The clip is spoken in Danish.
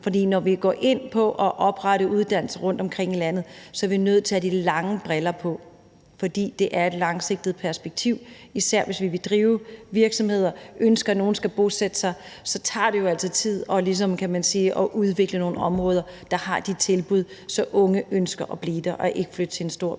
for når vi går ind på at oprette uddannelser rundtomkring i landet, er vi nødt til at have det lange lys på, for det skal ses i et langsigtet perspektiv. Især hvis vi vil drive virksomheder og ønsker, at nogen skal bosætte sig, så tager det jo altså tid, kan man sige, ligesom at udvikle nogle områder, der har de tilbud, så unge ønsker at blive der og ikke flytter til en stor by.